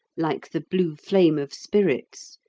like the blue flame of spirits,